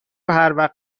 هروقت